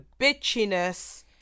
bitchiness